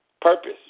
purpose